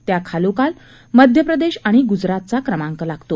त्याखालोखाल मध्यप्रदेश आणि गुजरातचा क्रमांक लागतो